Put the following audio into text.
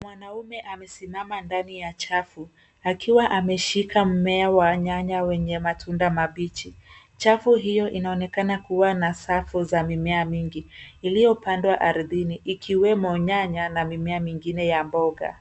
Mwanaume amesimama ndani ya chafu akiwa ameshika mmea wa nyanya wenye matunda mabichi. Chafu hiyo inaonekana kuwa na safu za mimea mingi iliyopandwa ardhini ,ikiwemo nyanya na mimea mingine ya mboga.